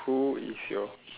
who is your